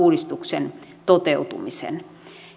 tämän uudistuksen toteutumisen